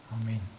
Amen